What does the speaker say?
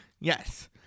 Yes